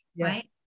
right